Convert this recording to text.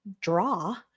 draw